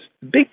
big